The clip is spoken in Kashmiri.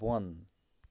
بۄن